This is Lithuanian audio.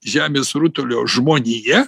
žemės rutulio žmonija